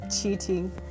cheating